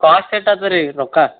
cost ಎಷ್ಟಾತದ್ರೀ ರೊಕ್ಕ